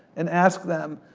and ask them,